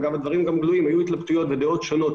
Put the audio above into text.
הדברים גם גלויים היו התלבטויות ודעות שונות